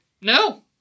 no